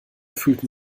fühlten